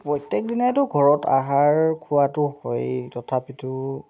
প্ৰত্যেক দিনাইটো ঘৰত আহাৰ খোৱাটো হয়েই তথাপিতো